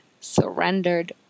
surrendered